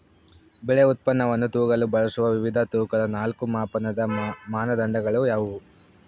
ಬೆಳೆ ಉತ್ಪನ್ನವನ್ನು ತೂಗಲು ಬಳಸುವ ವಿವಿಧ ತೂಕದ ನಾಲ್ಕು ಮಾಪನದ ಮಾನದಂಡಗಳು ಯಾವುವು?